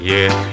Yes